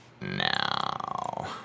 now